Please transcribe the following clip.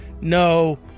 No